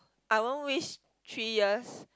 I won't wish three years